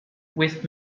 with